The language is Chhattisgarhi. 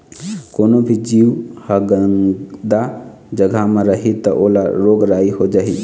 कोनो भी जीव ह गंदा जघा म रही त ओला रोग राई हो जाही